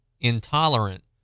intolerant